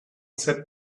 sat